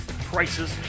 prices